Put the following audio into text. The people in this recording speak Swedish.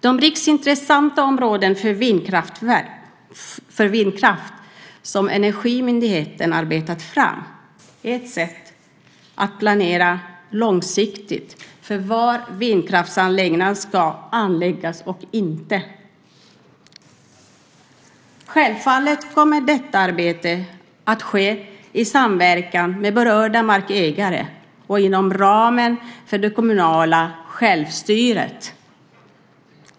De riksintressanta områden för vindkraft som Energimyndigheten arbetat fram är ett sätt att planera långsiktigt för var vindkraftsanläggningar ska byggas eller inte. Självfallet kommer detta arbete att ske i samverkan med berörda markägare och inom ramen för det kommunala självstyret.